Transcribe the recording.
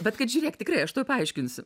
bet kad žiūrėk tikrai aš tuoj paaiškinsiu